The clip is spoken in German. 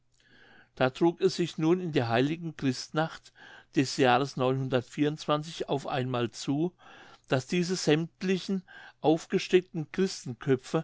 da trug es sich nun in der heiligen christnacht des jahres auf einmal zu daß diese sämmtlichen aufgesteckten